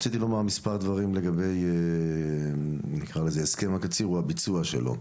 רציתי לומר מספר דברים לגבי הסכם הקציר והביצוע שלו.